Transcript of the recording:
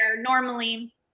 normally